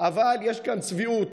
אבל יש כאן צביעות.